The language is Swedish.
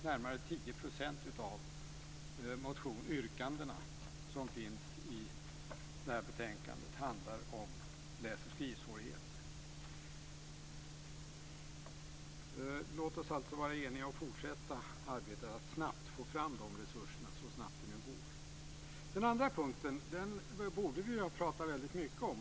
Närmare 10 % av yrkandena som finns i det här betänkandet handlar om läs och skrivsvårigheter. Låt oss alltså vara eniga om att fortsätta arbetet med att snabbt få fram de resurserna - så snabbt det nu går. Den andra punkten borde vi prata väldigt mycket om.